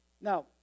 Now